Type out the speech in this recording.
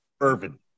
Irvin